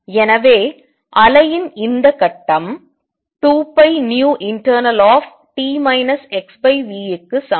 எனவே அலையின் இந்த கட்டம் 2πinternalt xvற்கு சமம்